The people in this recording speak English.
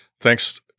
Thanks